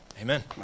Amen